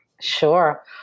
Sure